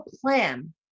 plan